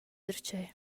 darcheu